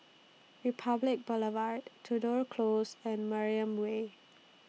Republic Boulevard Tudor Close and Mariam Way